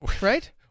Right